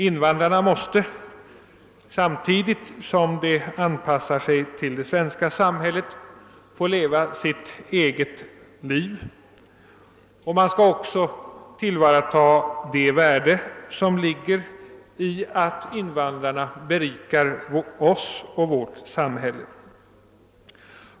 Invandrarna måste samtidigt som de anpassar sig till det svenska samhället få leva sitt eget liv, och man skall också tillvarata det värde som ligger i att invandrarna berikar oss och vårt samhälle.